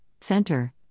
center